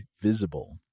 Visible